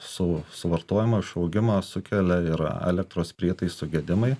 su su suvartojimą išaugimą sukelia ir elektros prietaisų gedimai